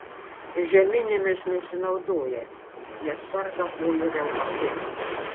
žeminėmis nesinaudoja nes serga kojų reumatu